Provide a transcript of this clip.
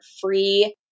free